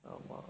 mmhmm